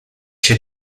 się